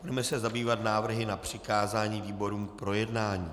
Budeme se zabývat návrhy na přikázání výborům k projednání.